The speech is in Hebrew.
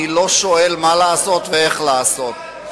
אני לא שואל מה לעשות ואיך לעשות,